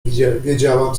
wiedziałam